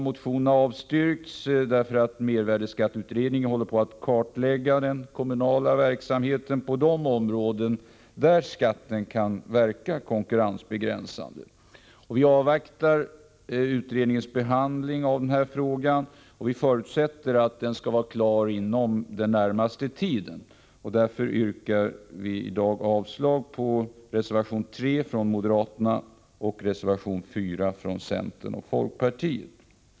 Motionerna har avstyrkts, eftersom mervärdeskatteutredningen håller på att kartlägga den Offentlig upphandkommunala verksamheten på de områden där skatten kan verka konkurrensling begränsande. Vi avvaktar utredningens behandling av denna fråga och förutsätter att den skall vara klar inom den närmaste tiden. Därför yrkar jag avslag på reservation 3 från moderaterna och reservation 4 från centern och folkpartiet.